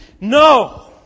No